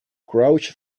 crouch